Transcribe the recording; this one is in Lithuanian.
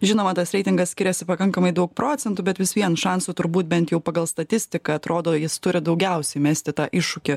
žinoma tas reitingas skiriasi pakankamai daug procentų bet vis vien šansų turbūt bent jau pagal statistiką atrodo jis turi daugiausia mesti tą iššūkį